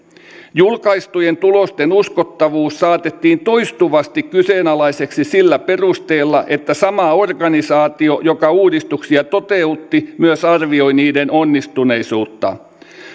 julkaistujen tulosten uskottavuus saatettiin toistuvasti kyseenalaiseksi sillä perusteella että sama organisaatio joka uudistuksia toteutti myös arvioi niiden onnistuneisuutta